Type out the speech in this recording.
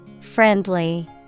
Friendly